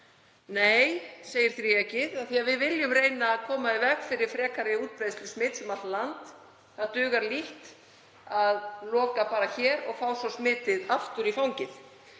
Nei, segir þríeykið, af því að við viljum reyna að koma í veg fyrir frekari útbreiðslu smits um allt land. Það dugar lítt að loka bara hér og fá svo smitið aftur í fangið.